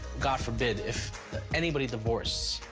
god forbid, if anybody divorced,